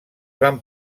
van